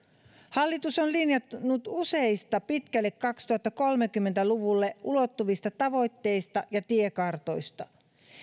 hallitus on linjannut useista pitkälle kaksituhattakolmekymmentä luvulle ulottuvista tavoitteista ja tiekartoista